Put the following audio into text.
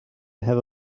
have